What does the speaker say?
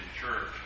church